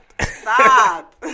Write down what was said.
Stop